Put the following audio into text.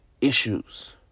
issues